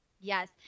Yes